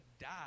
die